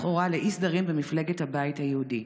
לכאורה, לאי-סדרים במפלגת הבית היהודי.